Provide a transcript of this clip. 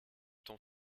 t’en